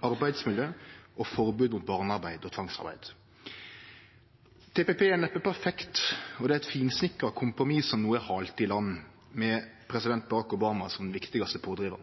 arbeidsmiljø og forbod mot barnearbeid og tvangsarbeid. TPP er neppe perfekt, og det er eit finsnikra kompromiss som no er halt i land med president Barack Obama som viktigaste pådrivar.